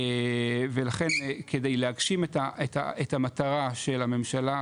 ולכן כדי להגשים את המטרה של הממשלה